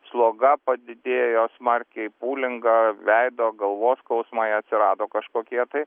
sloga padidėjo smarkiai pūlinga veido galvos skausmai atsirado kažkokie tai